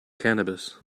cannabis